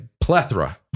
plethora